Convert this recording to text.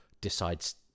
decides